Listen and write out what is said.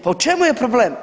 Pa u čemu je problem?